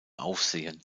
aufsehen